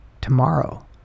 tomorrow